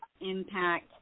impact